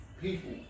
people